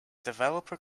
developer